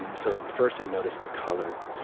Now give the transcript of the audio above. um so, first, i noticed the color.